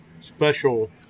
special